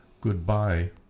goodbye